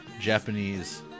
Japanese